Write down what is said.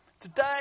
Today